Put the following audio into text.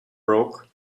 broke